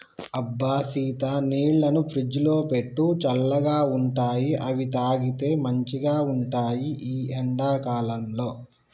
అబ్బ సీత నీళ్లను ఫ్రిజ్లో పెట్టు చల్లగా ఉంటాయిఅవి తాగితే మంచిగ ఉంటాయి ఈ ఎండా కాలంలో